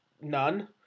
none